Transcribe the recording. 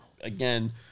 again